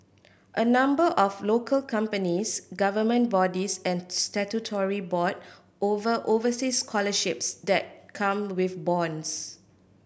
a number of local companies government bodies and statutory board offer overseas scholarships that come with bonds